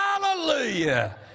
Hallelujah